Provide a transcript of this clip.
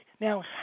Now